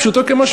פשוטו כמשמעו.